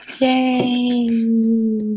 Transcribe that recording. Yay